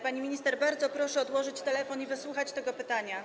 Pani minister, bardzo proszę odłożyć telefon i wysłuchać tego pytania.